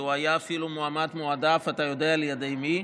והוא היה אפילו מועמד מועדף אתה יודע על ידי מי,